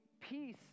peace